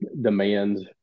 demands